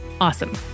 Awesome